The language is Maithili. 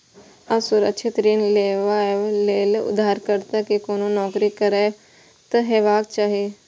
असुरक्षित ऋण लेबा लेल उधारकर्ता कें कोनो नौकरी करैत हेबाक चाही